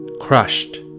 crushed